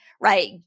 right